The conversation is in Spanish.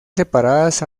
separadas